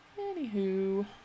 Anywho